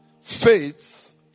Faith